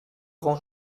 grand